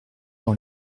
dans